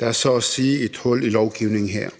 Der er så at sige et hul i lovgivningen her.